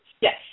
Yes